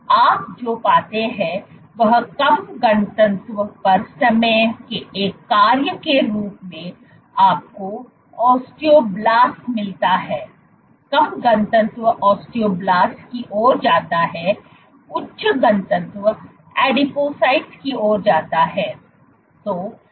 आप जो पाते हैं वह कम घनत्व पर समय के एक कार्य के रूप में आपको ओस्टियोब्लास्ट मिलता है कम घनत्व ओस्टियोब्लास्ट की ओर जाता है उच्च घनत्व एडिपोसाइट्स की ओर जाता है